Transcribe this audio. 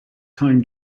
time